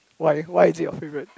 why why is it your favorite